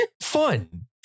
Fun